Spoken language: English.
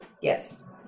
Yes